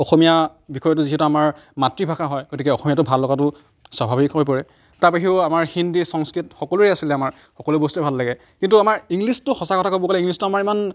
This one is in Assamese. অসমীয়া বিষয়টো যিহেতু আমাৰ মাতৃভাষা হয় গতিকে অসমীয়াটো ভাল লগাটো স্বাভাৱিক হৈ পৰে তাৰ বাহিৰেও আমাৰ হিন্দী সংস্কৃত সকলোৰে আছিলে আমাৰ সকলো বস্তুৱে ভাল লাগে কিন্তু আমাৰ ইংলিছটো সঁচা কথা ক'ব গ'লে ইংলিছটো আমাৰ ইমান